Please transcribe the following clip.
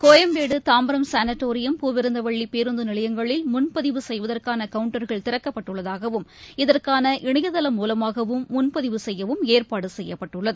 Koyambedu Tambaram Sanatorium பூவிருந்தவல்லிபேருந்துநிலையங்களில் முன்பதிவு செய்யவதற்கானகவுன்டர்கள் திறக்கப்பட்டுள்ளதாகவும் இதற்கான இணையதளம் மூலமாகவும் முன்பதிவு செய்யவும் ஏற்பாடுசெய்யப்பட்டுள்ளது